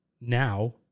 now